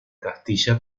castilla